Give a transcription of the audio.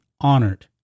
honored